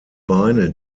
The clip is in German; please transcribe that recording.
beine